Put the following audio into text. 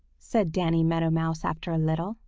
said danny meadow mouse after a little.